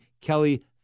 Kelly